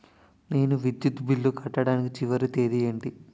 నేను విద్యుత్ బిల్లు కట్టడానికి చివరి తేదీ ఏంటి?